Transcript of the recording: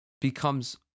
becomes